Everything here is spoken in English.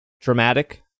dramatic